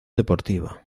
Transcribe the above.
deportiva